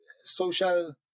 social